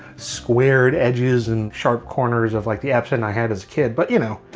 squared edges and sharp corners of like the epson i had as a kid. but you know